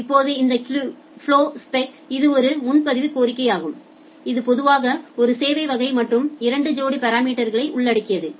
இப்போது இந்த ஃப்ளோஸ்பெக் இது ஒரு முன்பதிவு கோரிக்கையாகும் இது பொதுவாக ஒரு சேவை வகை மற்றும் இரண்டு ஜோடி பாராமீட்டர்களை உள்ளடக்கியது